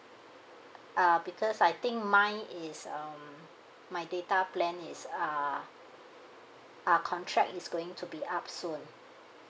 uh because I think mine is um my data plan is uh uh contract is going to be up soon